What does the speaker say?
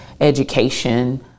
education